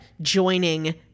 joining